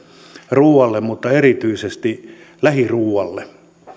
ruualle mutta erityisesti lähiruualle